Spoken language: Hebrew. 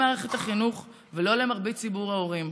לא למערכת החינוך ולא למרבית ציבור ההורים.